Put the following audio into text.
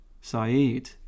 Saeed